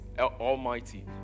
almighty